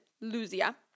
Lucia